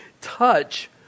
touch